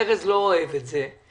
ארז לא אוהב את זה,